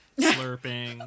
Slurping